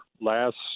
last